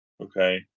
Okay